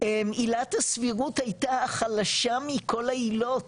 עילת הסבירות הייתה החלשה מכל העילות,